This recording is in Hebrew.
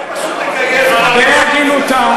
בהגינותה,